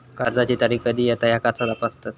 कर्जाची तारीख कधी येता ह्या कसा तपासतत?